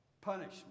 punishment